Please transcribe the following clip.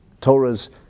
Torah's